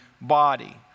body